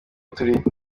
turi